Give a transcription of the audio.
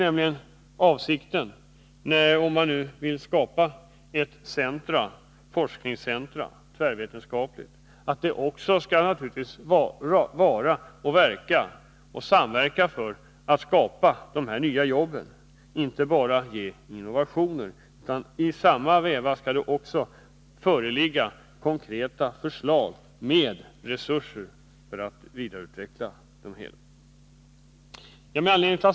Om man nu vill skapa ett tvärvetenskapligt forskningscentrum, måste avsikten naturligtvis vara att detta skall verka för att skapa de här nya jobben. Man skall inte bara ge innovationer, utan samtidigt måste också konkreta förslag framläggas och resurser anvisas för en vidareutveckling.